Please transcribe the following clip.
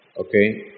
okay